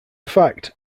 fact